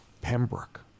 Pembroke